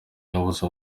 yabuze